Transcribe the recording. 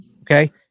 Okay